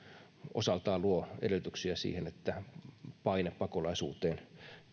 osaltaan luo edellytyksiä siihen että paine pakolaisuuteen